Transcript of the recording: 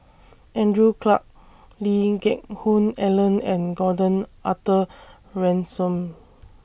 Andrew Clarke Lee Geck Hoon Ellen and Gordon Arthur Ransome